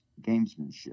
gamesmanship